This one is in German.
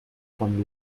von